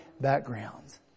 backgrounds